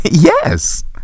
Yes